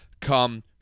come